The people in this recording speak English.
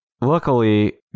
luckily